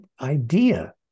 idea